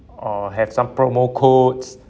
or have some promo codes